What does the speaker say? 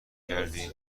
کردی